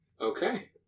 Okay